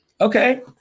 Okay